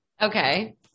okay